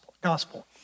gospel